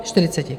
Čtyřiceti.